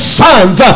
sons